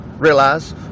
realize